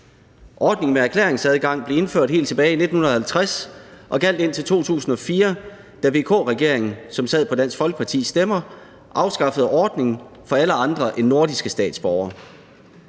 Ordningen med erklæringsadgang blev indført helt tilbage i 1950 og gjaldt indtil 2004, da VK-regeringen, som sad på Dansk Folkepartis stemmer, afskaffede ordningen for alle andre end nordiske statsborgere.